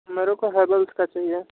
मेरे को हेवेल्स का चाहिए